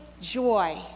joy